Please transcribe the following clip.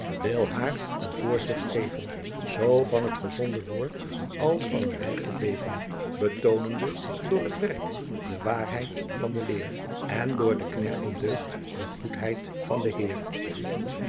wilt haer een voorschrift geven soo van t gesonde woord als van een heyligh leven betoonende door t werk de waerheid van de leer en door der kneghten deugt de goetheid van den heer